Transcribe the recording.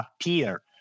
appear